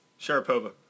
Sharapova